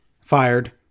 fired